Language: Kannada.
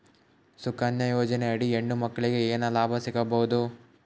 ಸುಕನ್ಯಾ ಯೋಜನೆ ಅಡಿ ಹೆಣ್ಣು ಮಕ್ಕಳಿಗೆ ಏನ ಲಾಭ ಸಿಗಬಹುದು?